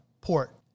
port